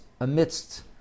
amidst